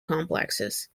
complexes